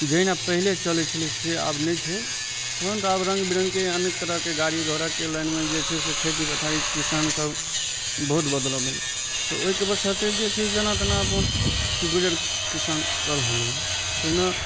जहिना पहिले चलय छलय से आब नहि छै तहन तऽ आब रङ्ग बिरङ्गके अनेक तरहके गाड़ी घोड़ाके लाइनमे जे छै से खेती पथारी किसान सब बहुत बदलाब भेलय तऽ ओइके बात से जे छै से जेना तेना अपन गुजर किसान कऽ रहलइ अइ पहिने